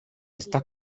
está